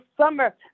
summer